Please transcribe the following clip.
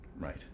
Right